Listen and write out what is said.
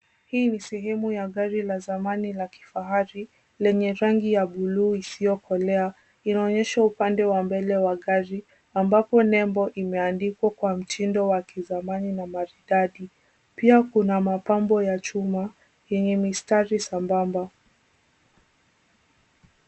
Hii ni sehemu ya gari la zamani la kifahari, lenye rangi ya buluu isiyokolea. Inaonyeshwa upande wa mbele wa gari, ambapo nembo imeandikwa kwa mtindo wa kizamani na maridadi. Pia kuna mapambo ya chuma yenye mistari sambamba.